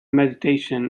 meditation